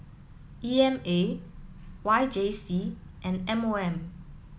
E M A Y J C and M O M